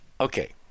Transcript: Okay